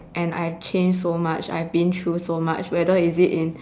and I've changed so much I been through so much whether is it in